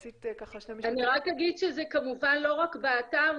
אני רק אגיד שזה כמובן לא רק באתר,